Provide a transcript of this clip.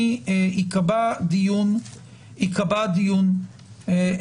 ייקבע דיון המשך.